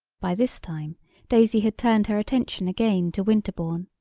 by this time daisy had turned her attention again to winterbourne.